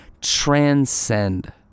transcend